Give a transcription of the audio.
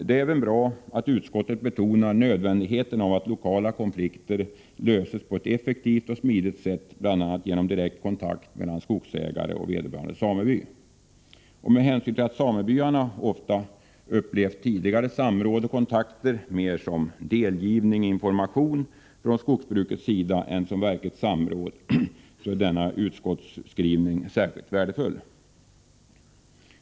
Det är även bra att utskottet betonar nödvändigheten av att lokala konflikter löses på ett effektivt och smidigt sätt, bl.a. genom direkt kontakt mellan skogsägare och vederbörande sameby. Med hänsyn till att samebyarna ofta har upplevt tidigare samråd och kontakter mer som delgivning eller information från skogsbrukets sida än som verkligt samråd är denna utskottsskrivning särskilt värdefull.